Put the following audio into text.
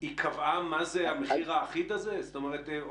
היא קבעה מה זה המחיר האחיד הזה או שהיא